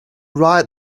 right